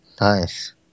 Nice